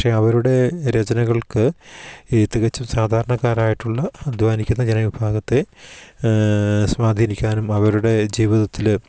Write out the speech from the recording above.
പക്ഷെ അവരുടെ രചനകൾക്ക് ഈ തികച്ചും സാധാരണക്കാരായിട്ടുള്ള അധ്വാനിക്കുന്ന ജനവിഭാഗത്തെ സ്വാധീനിക്കാനും അവരുടെ ജീവിതത്തിൽ